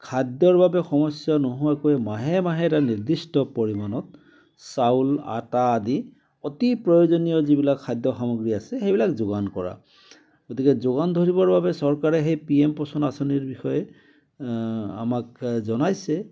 খাদ্যৰ বাবে সমস্যা নোহোৱাকৈ মাহে মাহে এটা নিৰ্দিষ্ট পৰিমাণত চাউল আটা আদি অতি প্ৰয়োজনীয় যিবিলাক খাদ্য সামগ্ৰী আছে সেইবিলাক যোগান কৰা গতিকে যোগান ধৰিবৰ বাবে চৰকাৰে সেই পি এম পোষণ আঁচনিৰ বিষয়ে আমাক জনাইছে